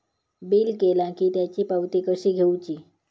Bill केला की त्याची पावती कशी घेऊची?